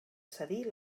cedir